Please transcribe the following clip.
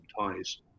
ties